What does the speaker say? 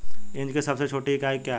Inch की सबसे छोटी इकाई क्या है?